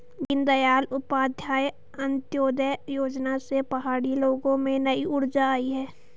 दीनदयाल उपाध्याय अंत्योदय योजना से पहाड़ी लोगों में नई ऊर्जा आई है